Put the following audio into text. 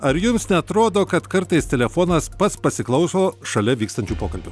ar jums neatrodo kad kartais telefonas pats pasiklauso šalia vykstančių pokalbių